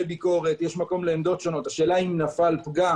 יש מקום לביקורת ולעמדות שונות, השאלה, אם נפל פגם